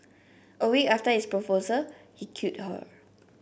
a week after his proposal he killed her